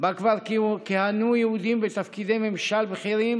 שבה כבר כיהנו יהודים בתפקידי ממשל בכירים